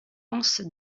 hans